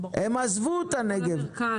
הם עזבו את הנגב.